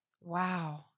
Wow